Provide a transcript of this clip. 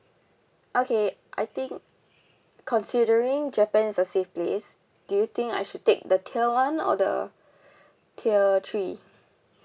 okay I think considering japan is a safe place do you think I should take the tier one or the tier three